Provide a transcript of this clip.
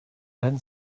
then